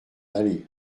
aller